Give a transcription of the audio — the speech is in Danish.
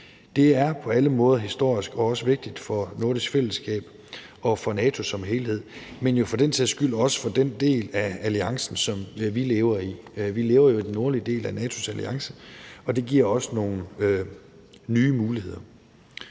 Det er på alle måder historisk og også vigtigt for det nordiske fællesskab og for NATO som helhed, men jo for den sags skyld også for den del af alliancen, som vi lever i. Vi lever jo i den nordlige del af NATO's alliance, og det giver os nogle nye muligheder,